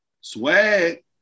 swag